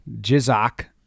Jizak